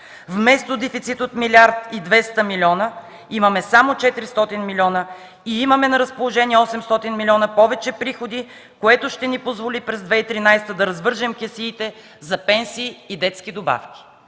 Вместо дефицит от 1 млрд. 200 милиона, имаме само 400 милиона и имаме на разположение 800 милиона повече приходи, което ще ни позволи през 2013 г. да развържем кесиите за пенсии и детски добавки.”.